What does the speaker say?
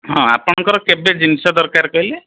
ହଁ ଆପଣଙ୍କର କେବେ ଜିନିଷ ଦରକାର କହିଲେ